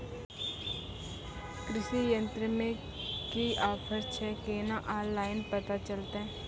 कृषि यंत्र मे की ऑफर छै केना ऑनलाइन पता चलतै?